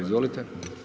Izvolite.